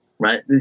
Right